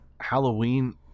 Halloween